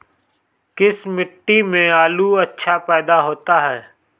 किस मिट्टी में आलू अच्छा पैदा होता है?